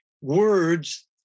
words